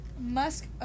Musk